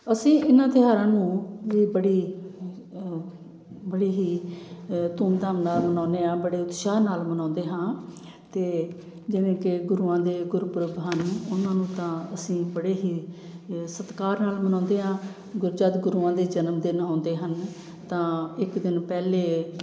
ਅਸੀਂ ਇਹਨਾਂ ਤਿਉਹਾਰਾਂ ਨੂੰ ਵੀ ਬੜੀ ਬੜੀ ਹੀ ਧੂਮ ਧਾਮ ਨਾਲ ਮਨਾਉਂਦੇ ਹਾਂ ਬੜੇ ਉਤਸ਼ਾਹ ਨਾਲ ਮਨਾਉਂਦੇ ਹਾਂ ਅਤੇ ਜਿਵੇਂ ਕਿ ਗੁਰੂਆਂ ਦੇ ਗੁਰਪੁਰਬ ਹਨ ਉਹਨਾਂ ਨੂੰ ਤਾਂ ਅਸੀਂ ਬੜੇ ਹੀ ਸਤਿਕਾਰ ਨਾਲ ਮਨਾਉਂਦੇ ਹਾਂ ਗੁਰ ਜਦ ਗੁਰੂਆਂ ਦੇ ਜਨਮ ਦਿਨ ਆਉਂਦੇ ਹਨ ਤਾਂ ਇੱਕ ਦਿਨ ਪਹਿਲੇ